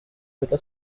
jeta